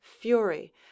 fury